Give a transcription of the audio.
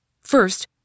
First